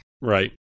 Right